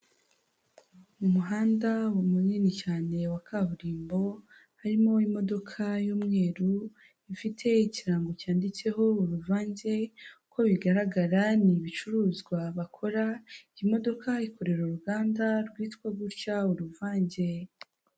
Umuhanda munini cyane wa kaburimbo, harimo imodoka y'umweru, ifite ikirango cyanditseho uruvange, uko bigaragara ni ibicuruzwa bakora, iyi modoka ikorera uruganda rwitwa gutya uruvange.